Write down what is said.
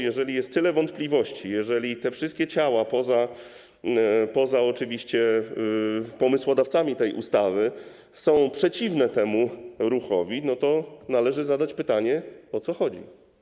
Jeżeli jest tyle wątpliwości i jeżeli te wszystkie ciała poza pomysłodawcami tej ustawy są przeciwne temu ruchowi, to należy zadać pytanie, o co chodzi.